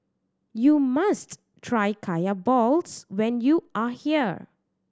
you must try Kaya balls when you are here